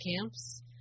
camps